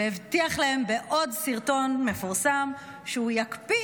והבטיח להם בעוד סרטון מפורסם שהוא יקפיא